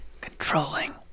controlling